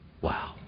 wow